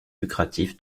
lucratif